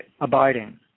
abiding